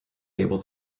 able